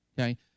Okay